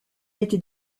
été